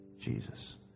Jesus